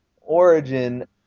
Origin